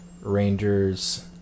rangers